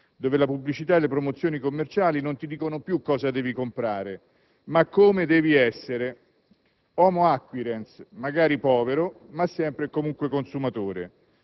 dove la pubblicità e le promozioni commerciali non ti dicono più cosa devi comprare, ma come devi essere: *homo acquirens*, magari povero, ma sempre e comunque consumatore.